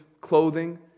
clothing